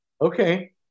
Okay